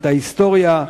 את ההיסטוריה,